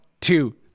two